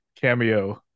cameo